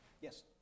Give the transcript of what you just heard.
Yes